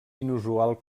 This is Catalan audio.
inusual